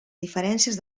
diferències